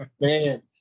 Man